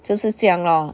就是这样 lor